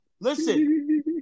Listen